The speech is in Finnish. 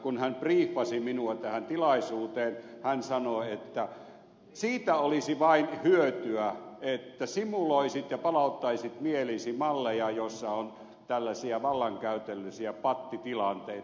kun hän briiffasi minua tähän tilaisuuteen hän sanoi että siitä olisi vain hyötyä että simuloisit ja palauttaisit mieliisi malleja joissa on tällaisia vallankäytöllisiä pattitilanteita